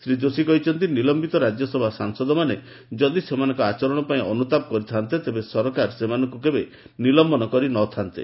ଶ୍ରୀ ଯୋଶୀ କହିଛନ୍ତି ନିଲମ୍ବିତ ରାଜ୍ୟସଭା ସାଂସଦମାନେ ଯଦି ସେମାନଙ୍କର ଆଚରଣ ପାଇଁ ଅନୁତାପ କରିଥାନ୍ତେ ତେବେ ସରକାର ସେମାନଙ୍କୁ କେବେ ନିଲମ୍ବନ କରିନଥାନ୍ତେ